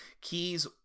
Key's